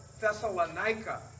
Thessalonica